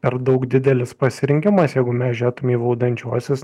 per daug didelis pasirinkimas jeigu mes žiūrėtume į valdančiuosius